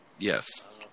Yes